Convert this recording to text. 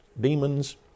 demons